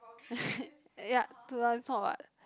ya for what